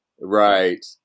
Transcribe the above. Right